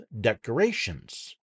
decorations